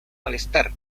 malestar